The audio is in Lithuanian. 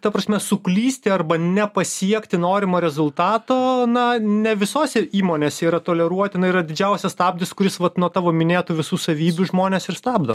ta prasme suklysti arba nepasiekti norimo rezultato na ne visose įmonėse yra toleruotina yra didžiausias stabdis kuris vat nuo tavo minėtų visų savybių žmones ir stabdo